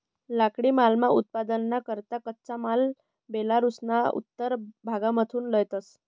लाकडीमालना उत्पादनना करता कच्चा माल बेलारुसना उत्तर भागमाथून लयतंस